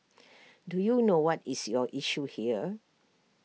do you know what is your issue here